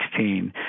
2016